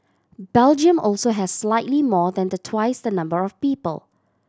Belgium also has slightly more than the twice the number of people